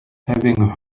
having